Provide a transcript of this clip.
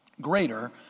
Greater